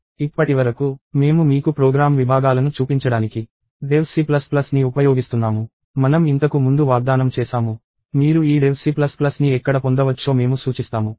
ఇప్పటివరకు మేము మీకు ప్రోగ్రామ్ విభాగాలను చూపించడానికి dev C ని ఉపయోగిస్తున్నాము మనం ఇంతకు ముందు వాగ్దానం చేసాము మీరు ఈ dev C ని ఎక్కడ పొందవచ్చో మేము సూచిస్తాము